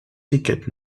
ticket